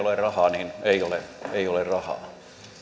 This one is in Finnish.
ole rahaa niin ei ole rahaa